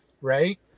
right